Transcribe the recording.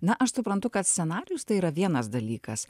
na aš suprantu kad scenarijus tai yra vienas dalykas